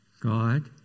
God